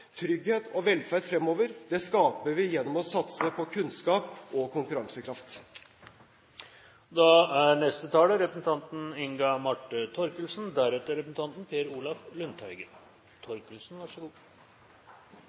Trygghet og velferd fremover skaper vi gjennom å satse på kunnskap og konkurransekraft. Så vidt jeg vet, er det barometeret som representanten